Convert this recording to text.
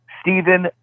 Stephen